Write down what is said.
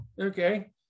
okay